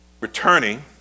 returning